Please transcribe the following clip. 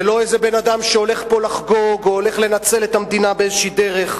זה לא איזה אדם שהולך פה לחגוג או הולך לנצל את המדינה באיזושהי דרך.